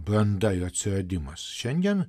branda jo atsiradimas šiandien